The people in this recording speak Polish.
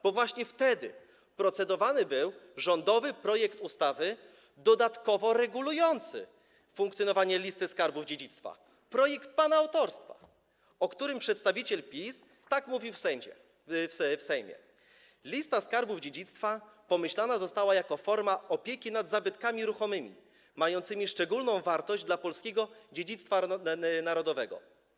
Bo właśnie wtedy procedowany był rządowy projekt ustawy dodatkowo regulujący funkcjonowanie Listy Skarbów Dziedzictwa, projekt pana autorstwa, o którym przedstawiciel PiS tak mówił w Sejmie: Lista Skarbów Dziedzictwa pomyślana została jako forma opieki nad zabytkami ruchomymi mającymi szczególną wartość dla polskiego dziedzictwa narodowego.